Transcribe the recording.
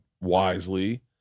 wisely